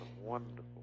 wonderful